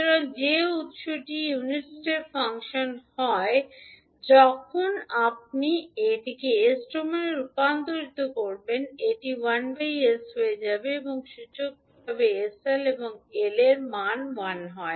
সুতরাং যে উত্সটি ইউনিট স্টেপ ফাংশন হয় যখন আপনি এস ডোমেনে রূপান্তর করবেন এটি 1 s হয়ে যাবে সূচকটি হবে sL এবং এল এর মান 1 হয়